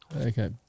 Okay